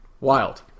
wild